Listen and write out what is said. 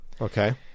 Okay